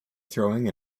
throwing